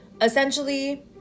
essentially